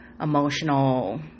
emotional